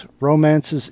Romances